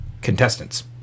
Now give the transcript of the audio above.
Contestants